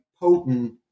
potent